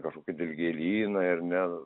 kažkokie dilgėlynai ar ne